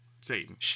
Satan